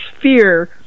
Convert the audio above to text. fear